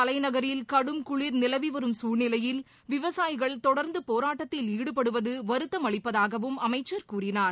தலைநகரில் கடும் குளிர் நிலவி வரும் சூழ்நிலையில் விவசாயிகள் தொடர்ந்து போராட்டத்தில் ஈடுபடுவது வருத்துமளிப்பதாகவும் அமைச்சர் கூறினார்